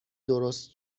درست